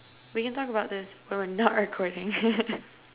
we can talk about this when we are not recording